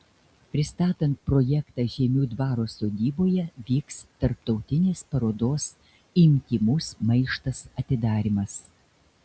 pristatant projektą žeimių dvaro sodyboje vyks tarptautinės parodos intymus maištas atidarymas